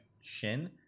shin